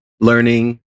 Learning